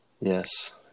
Yes